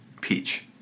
Peach